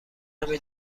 همه